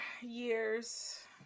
years